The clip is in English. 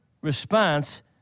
response